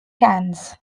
cans